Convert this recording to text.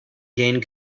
gain